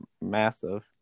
massive